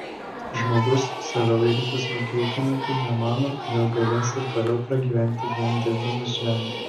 žmogus save laikantis smulkiu ūkininku nemano jog galės ir toliau pragyventi vien dirbdamas žemę